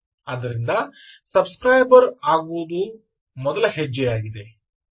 ಆದ್ದರಿಂದ subscriber ಆಗುವುದು ಮೊದಲ ಹೆಜ್ಜೆಯಾಗಿದೆ